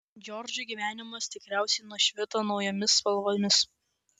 džordžui gyvenimas tikriausiai nušvito naujomis spalvomis